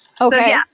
Okay